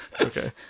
Okay